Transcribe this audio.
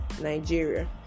nigeria